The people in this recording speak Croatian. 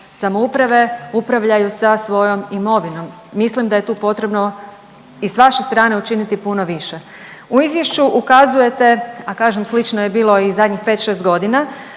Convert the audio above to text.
na koji JLS upravljaju sa svojom imovinom, mislim da je tu potrebno i s vaše strane učiniti puno više. U izvješću ukazujete, a kažem slično je bilo i zadnjih 5-6.g.,